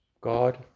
god